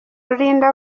rulinda